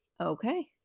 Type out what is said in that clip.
Okay